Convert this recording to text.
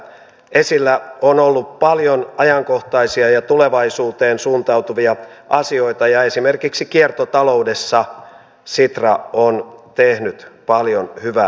esillä on ollut paljon ajankohtaisia ja tulevaisuuteen suuntautuvia asioita ja esimerkiksi kiertotaloudessa sitra on tehnyt paljon hyvää työtä